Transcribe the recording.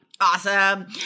Awesome